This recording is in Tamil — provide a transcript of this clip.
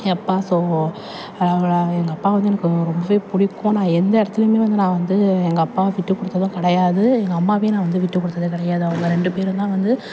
ஏன் அப்பா ஸோ அவ்வளவு எங்கள் அப்பா வந்து எனக்கு ரொம்பவே பிடிக்கும் நான் எந்த இடத்துலையுமே வந்து நான் வந்து எங்கள் அப்பாவை விட்டு கொடுத்ததும் கிடையாது எங்கள் அம்மாவையும் நான் வந்து விட்டு கொடுத்தது கிடையாது அவங்க ரெண்டு பேரும் தான் வந்து